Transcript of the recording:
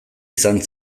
izan